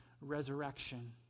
resurrection